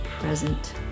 present